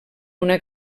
una